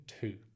two